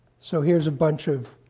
so here's a bunch of